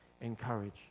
encourage